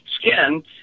skin